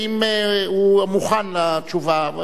ואם הוא מוכן לתשובה,